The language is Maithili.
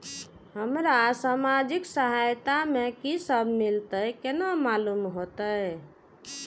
हमरा सामाजिक सहायता में की सब मिलते केना मालूम होते?